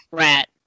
rat